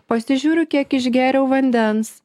pasižiūriu kiek išgėriau vandens